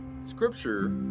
Scripture